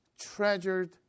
treasured